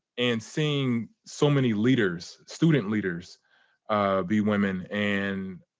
and seeing so many leaders, student leaders be women and